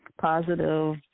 positive